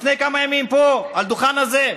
לפני כמה ימים, פה, על הדוכן הזה.